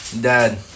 dad